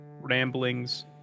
ramblings